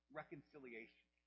reconciliation